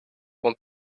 want